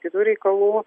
kitų reikalų